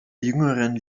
jüngeren